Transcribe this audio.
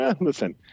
Listen